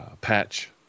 Patch